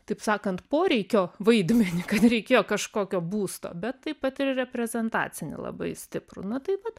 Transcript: taip sakant poreikio vaidmenį kad reikėjo kažkokio būsto bet taip pat ir reprezentacinį labai stiprų na tai vat